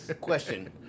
Question